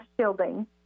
shielding